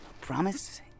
Promise